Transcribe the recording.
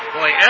Boy